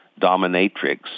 dominatrix